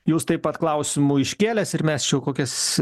jūs taip pat klausimų iškėlęs ir mes čia kokias